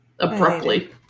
abruptly